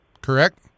Correct